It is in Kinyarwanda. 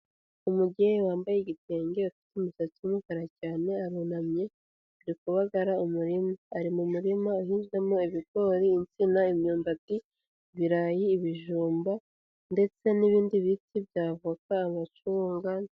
Umubyeyi wambaye igitenge, ufite umusatsi wumukara cyane, arunamye, arikubagara umurima. Ari mu murima uhinzwemo ibigori, insina, imyumbati, ibirayi, ibijumba, ndetse n'ibindi biti byavoka amacunga.